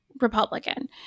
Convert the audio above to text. Republican